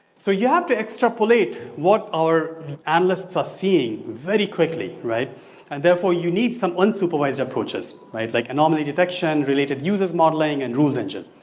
so you have to extrapolate what our analysts are seeing very quickly and therefore you need some unsupervised approaches like anomaly detection, related users modeling and rules engine.